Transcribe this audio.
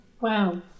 Wow